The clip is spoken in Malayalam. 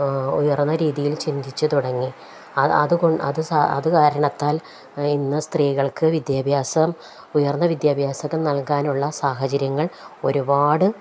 ആ ഉയർന്ന രീതിയിൽ ചിന്തിച്ചു തുടങ്ങി അതുകൊണ്ട് അത് അതു കാരണത്താൽ ഇന്നു സ്ത്രീകൾക്കു വിദ്യാഭ്യാസം ഉയർന്ന വിദ്യാഭ്യാസം നൽകാനുള്ള സാഹചര്യങ്ങൾ ഒരുപാട്